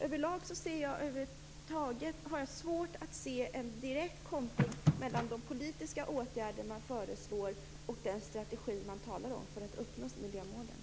Över huvud taget har jag svårt att se en direkt koppling mellan de politiska åtgärder som man föreslår och den strategi för att uppnå miljömålen som man talar om.